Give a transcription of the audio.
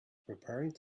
preparing